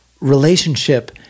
relationship